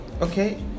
okay